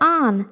on